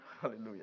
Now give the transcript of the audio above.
Hallelujah